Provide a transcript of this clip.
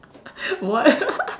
what